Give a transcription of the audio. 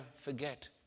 forget